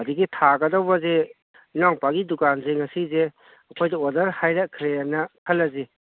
ꯑꯗꯒꯤ ꯊꯥꯒꯗꯧꯕꯁꯦ ꯏꯅꯥꯎꯄꯥꯒꯤ ꯗꯨꯀꯥꯟꯁꯦ ꯉꯁꯤꯁꯦ ꯑꯩꯈꯣꯏꯗ ꯑꯣꯗꯔ ꯍꯥꯏꯔꯛꯈ꯭ꯔꯦꯅ ꯈꯜꯂꯁꯤ